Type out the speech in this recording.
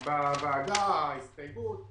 ההסתייגות בוועדה,